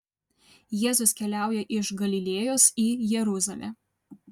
jėzus keliauja iš galilėjos į jeruzalę